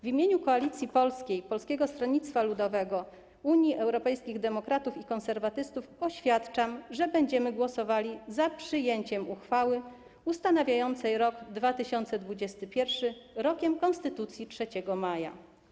W imieniu Koalicji Polskiej - Polskiego Stronnictwa Ludowego, Unii Europejskich Demokratów, Konserwatystów oświadczam, że będziemy głosowali za przyjęciem uchwały ustanawiającej rok 2021 Rokiem Konstytucji 3 Maja.